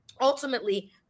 ultimately